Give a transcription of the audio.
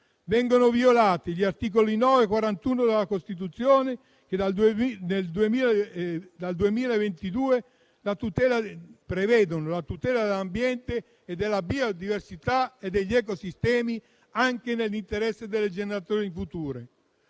Vengono violati gli articoli 9 e 41 della Costituzione, che dal 2022 prevedono la tutela dell'ambiente, della biodiversità e degli ecosistemi, anche nell'interesse delle generazioni future.